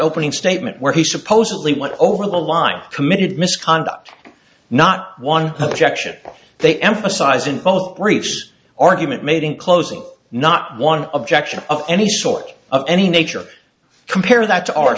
opening statement where he supposedly went over the line committed misconduct not one objection they emphasize in both briefs argument made in closing not one objection of any sort of any nature compare that to our